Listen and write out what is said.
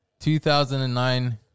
2009